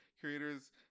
Creators